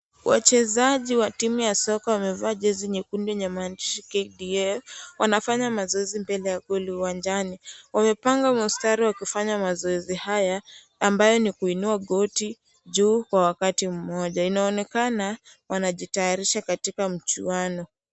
Wachezaji wa timu ya soka wamevaa jezi yekundu yenye maandishi KDF, wanafanya mazoezi mbele ya goli uwanjani wamepanga mstari ya kufanya mazoezi haya ambayo ni kuinua goti juu kwa wakati moja, inaonekana wanajitayarisha katika mchuano.